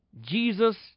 Jesus